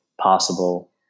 possible